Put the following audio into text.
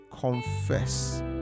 confess